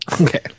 Okay